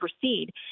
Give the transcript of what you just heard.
proceed